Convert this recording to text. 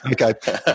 Okay